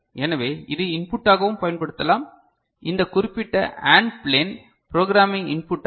எனவே இது இன்புட்டாகவும் பயன்படுத்தலாம் இந்த குறிப்பிட்ட AND ப்லேன் ப்ரோக்ராமிங் இன்புட்டாக